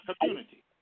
community